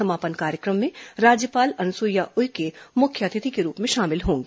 समापन कार्यक्रम में राज्यपाल अनुसुईया उइके मुख्य अतिथि के रूप में शामिल होंगी